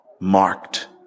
Marked